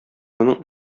моның